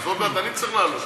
אז עוד מעט אני צריך לעלות,